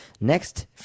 Next